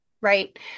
Right